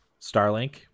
Starlink